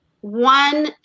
One